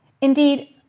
Indeed